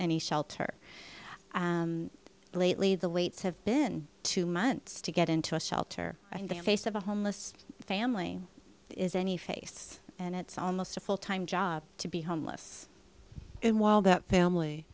shelter lately the waits have been two months to get into a shelter and the face of a homeless family is any face and it's almost a full time job to be homeless and while that family